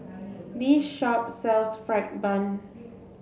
this shop sells fried bun